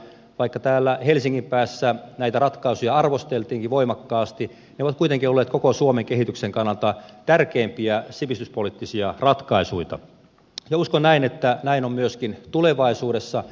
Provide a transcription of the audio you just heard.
vaikka täällä helsingin päässä näitä ratkaisuja arvosteltiinkin voimakkaasti ne ovat kuitenkin olleet koko suomen kehityksen kannalta tärkeimpiä sivistyspoliittisia ratkaisuja ja uskon näin että näin on myöskin tulevaisuudessa